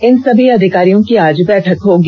इन सभी अधिकारियों की आज बैठक होगी